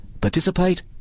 Participate